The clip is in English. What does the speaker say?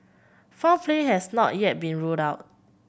foul play has not yet been ruled out